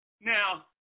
Now